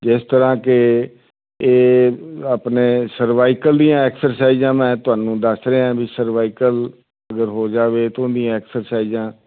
ਜਿਸ ਤਰ੍ਹਾਂ ਕਿ ਇਹ ਆਪਣੇ ਸਰਵਾਈਕਲ ਦੀਆਂ ਐਕਸਰਸਾਈਜ਼ਾਂ ਮੈਂ ਤੁਹਾਨੂੰ ਦੱਸ ਰਿਹਾ ਵੀ ਸਰਵਾਈਕਲ ਅਗਰ ਹੋ ਜਾਵੇ ਤਾਂ ਉਹਦੀਆਂ ਐਕਸਰਸਾਈਜ਼ਾਂ